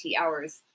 hours